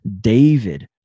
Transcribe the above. david